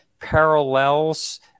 parallels